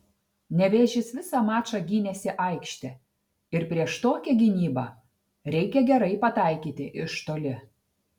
nevėžis visą mačą gynėsi aikšte ir prieš tokią gynybą reikia gerai pataikyti iš toli